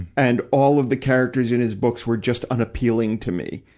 and all of the characters in his books were just unappealing to me,